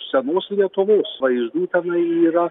senos lietuvos vaizdų tenai yra